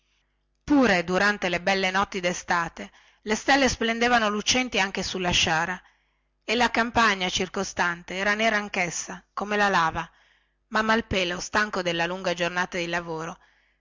pure durante le belle notti destate le stelle splendevano lucenti anche sulla sciara e la campagna circostante era nera anchessa come la sciara ma malpelo stanco della lunga giornata di lavoro